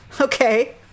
Okay